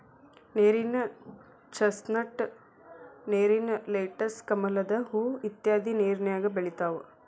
ನೇರಿನ ಚಸ್ನಟ್, ನೇರಿನ ಲೆಟಸ್, ಕಮಲದ ಹೂ ಇತ್ಯಾದಿ ನೇರಿನ್ಯಾಗ ಬೆಳಿತಾವ